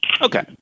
Okay